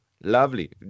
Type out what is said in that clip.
lovely